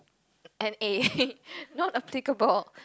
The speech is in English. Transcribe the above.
N_A not applicable